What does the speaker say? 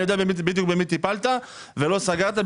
אני יודע בדיוק במי טיפלת ולא סגרת.